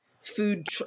food